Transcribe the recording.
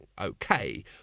okay